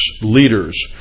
leaders